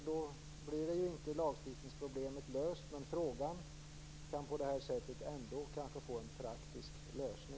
Då blir ju inte lagstiftningsproblemet löst, men frågan kan på det sättet ändå kanske få en praktisk lösning.